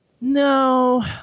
no